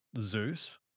Zeus